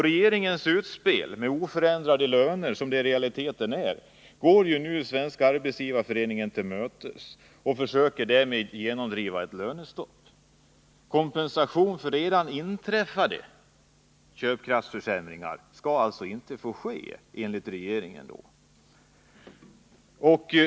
Regeringens utspel med oförändrade löner, som det i realiteten innebär, går Svenska arbetsgivareföreningen till mötes, och man försöker därmed genomdriva ett lönestopp. Kompensation för redan inträffade köpkraftsförsämringar skall alltså inte få ske, enligt regeringens uppfattning.